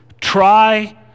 try